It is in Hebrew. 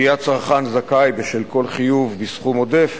יהיה הצרכן זכאי בשל כל חיוב בסכום עודף